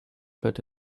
but